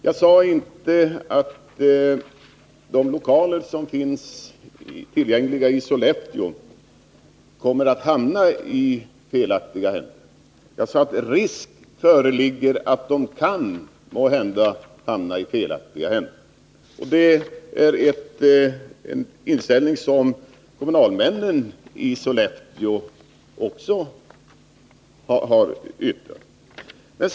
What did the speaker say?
Jag sade inte att de lokaler som finns tillgängliga i Sollefteå kommer att hamnai fel händer. Jag sade att risk föreligger att de måhända kan hamna i fel händer. Det är en inställning som kommunalmännen i Sollefteå också har uttalat.